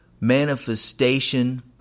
manifestation